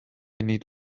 need